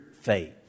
faith